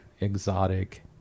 exotic